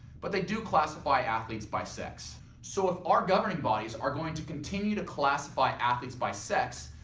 but they do classify athletes by sex. so, if our governing bodies are going to continue to classify athletes by sex,